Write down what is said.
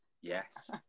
Yes